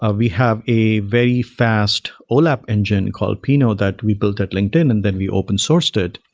ah we have a very fast olap engine called pinot, that we built at linkedin and then we opened sourced it.